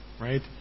right